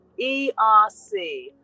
ERC